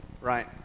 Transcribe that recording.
right